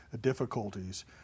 difficulties